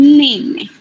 name